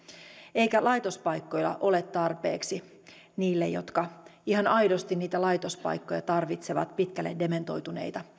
eikä laitospaikkoja ole tarpeeksi niille jotka ihan aidosti niitä laitospaikkoja tarvitsevat pitkälle dementoituneille